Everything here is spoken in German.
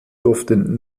durften